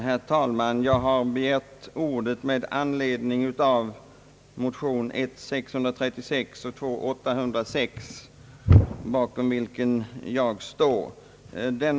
Herr talman! Jag har begärt ordet med anledning av motionerna 1I:636 och II: 806, bakom vilka jag står.